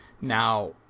Now